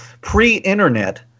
pre-internet